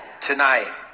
Tonight